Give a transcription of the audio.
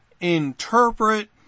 interpret